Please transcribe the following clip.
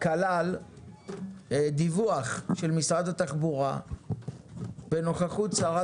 כלל דיווח של משרד התחבורה בנוכחות שרת